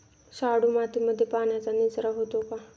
शाडू मातीमध्ये पाण्याचा निचरा होतो का?